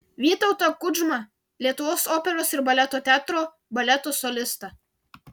vytautą kudžmą lietuvos operos ir baleto teatro baleto solistą